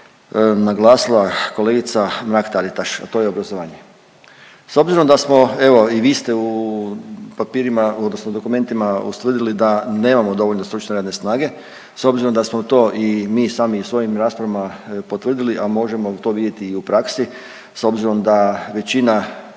naglasila kolegica Mrak-Taritaš, a to je obrazovanje. S obzirom da smo, evo, i vi ste u papirima odnosno dokumentima ustvrdili da nemamo dovoljno stručne radne snage, s obzirom da smo to i mi sami u svojim raspravama potvrdili, a možemo to vidjeti i u praksi, s obzirom da većina